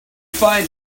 find